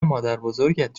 مادربزرگت